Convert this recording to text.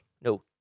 No